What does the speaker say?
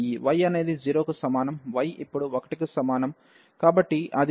y అనేది 0 కు సమానం y ఇప్పుడు 1 కు సమానం కాబట్టి అది y కి లిమిట్ అవుతుంది